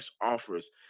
offers